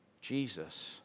Jesus